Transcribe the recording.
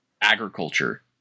agriculture